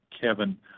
Kevin